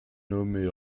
nommée